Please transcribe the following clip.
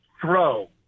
throw